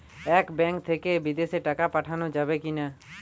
এই ব্যাঙ্ক থেকে বিদেশে টাকা পাঠানো যাবে কিনা?